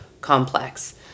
complex